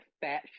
fat